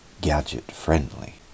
gadget-friendly